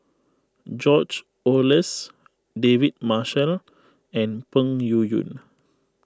George Oehlers David Marshall and Peng Yuyun